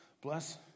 Bless